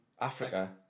Africa